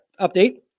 Update